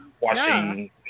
watching